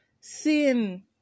sin